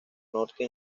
norte